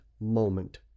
moment